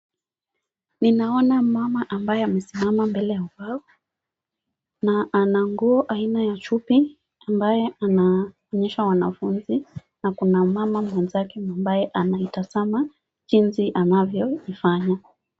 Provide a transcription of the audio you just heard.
Ninaona mama ambaye amesimama mbele ya ubao, na ana nguo aina ya chupi ambayo anaonyesha wanafunzi na kuna mama mwenzake ambaye anamtazama jinsi anavyo ifanya.